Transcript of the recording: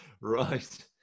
Right